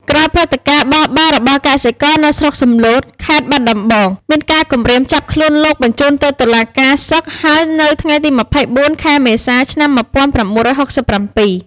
ក្រោយព្រឹត្តិការណ៍បះបោររបស់កសិករនៅស្រុកសំឡូត ខេត្តបាត់ដំបង មានការគំរាមចាប់ខ្លួនលោកបញ្ជូនទៅតុលាការសឹក ហើយនៅថ្ងៃទី ២៤ ខែមេសា ឆ្នាំ ១៩៦៧។